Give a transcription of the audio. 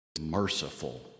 merciful